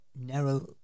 narrow